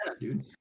dude